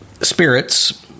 spirits